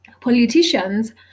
politicians